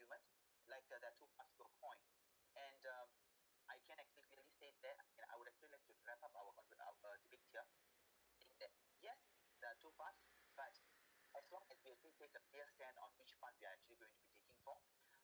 you must like there're there're two part to a point and um I can't exactly say that and I would actually like to wrap up our our speech here saying that yes there two parts but as long as you we actually take the clear stand of which part we actually going to be taking form